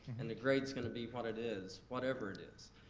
and the grade's gonna be what it is, whatever it is.